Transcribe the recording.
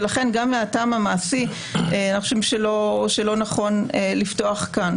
ולכן גם מהטעם המעשי אנחנו חושבים שלא נכון לפתוח כאן.